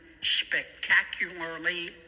spectacularly